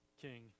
King